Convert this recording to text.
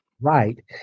Right